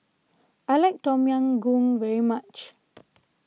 I like Tom Yam Goong very much